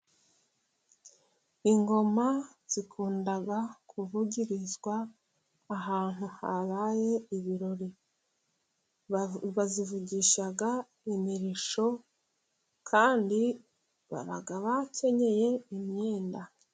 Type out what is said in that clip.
Ingoma zikunda kuvugirizwa ahantu habaye ibirori, bazivugisha imirishyo kandi baba bakenyeye imyenda.